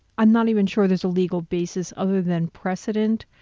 i'm not even sure there's a legal basis other than precedent,